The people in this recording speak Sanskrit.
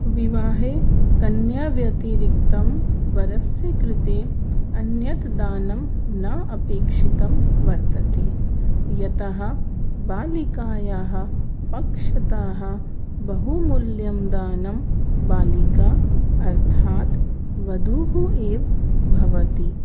विवाहे कन्याव्यतिरिक्तं वरस्य कृते अन्यत् दानं न अपेक्षितं वर्तते यतः बालिकायाः पक्षतः बहुमूल्यं दानं बालिका अर्थात् वधूः एव भवति